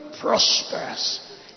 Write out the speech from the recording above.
prosperous